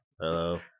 Hello